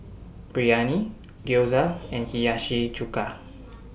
Biryani Gyoza and Hiyashi Chuka